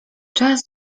czas